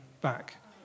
back